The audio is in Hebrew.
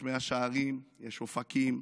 יש מאה שערים, יש אופקים,